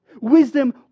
Wisdom